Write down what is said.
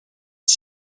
its